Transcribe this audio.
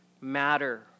matter